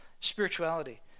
spirituality